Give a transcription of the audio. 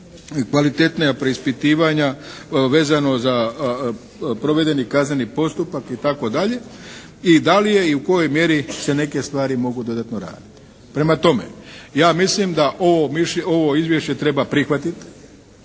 kvalitetna preispitivanja vezano za provedeni kazneni postupak i tako dalje. I da li je i u kojoj mjeri se neke stvari mogu dodatno raditi? Prema tome ja mislim da ovo, ovo izvješće treba prihvatiti.